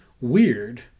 weird